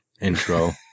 intro